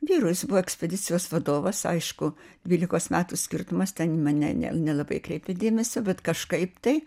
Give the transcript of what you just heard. vyru jis buvo ekspedicijos vadovas aišku dvylikos metų skirtumas ten į mane ne nelabai kreipė dėmesio bet kažkaip tai